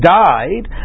died